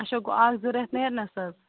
اچھا گوٚو اَکھ زٕ ریٚتھ نٮ۪رٕنَس حظ